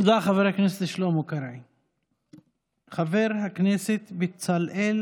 תודה, חבר הכנסת שלמה קרעי.